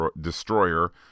destroyer